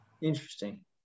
Interesting